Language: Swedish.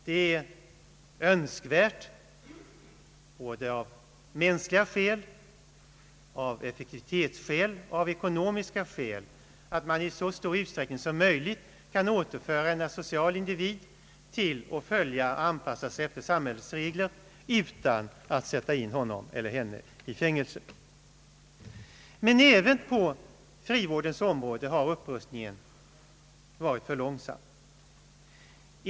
Det är önskvärt, både av mänskliga skäl, av effektivitetsskäl och av ekonomiska skäl, att man i så stor utsträckning som möjligt kan återföra en asocial individ till att följa och anpassa sig efter samhällets regler utan att sätta in honom eller henne i fängelse. Men även på frivårdens område har upprustningen gått för långsamt.